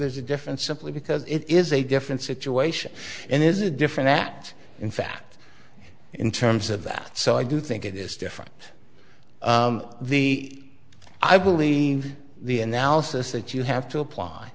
there's a difference simply because it is a different situation and it is a different that in fact in terms of that so i do think it is different the i believe the analysis that you have to apply